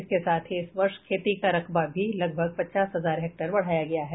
इसके साथ ही इस वर्ष खेती का रकबा भी लगभग पचास हजार हेक्टेयर बढ़ाया गयाा है